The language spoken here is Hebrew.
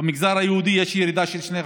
במגזר היהודי יש ירידה של 2%,